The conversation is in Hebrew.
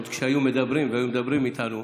עוד כשהיו מדברים והיו מדברים איתנו,